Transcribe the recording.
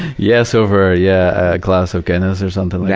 yes, over, yeah, a glass of guinness or something yeah